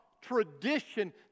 tradition